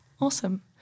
Awesome